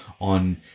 on